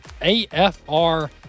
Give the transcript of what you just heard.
Afr